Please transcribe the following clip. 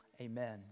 Amen